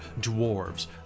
dwarves